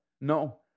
No